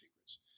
secrets